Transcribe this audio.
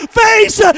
face